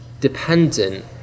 dependent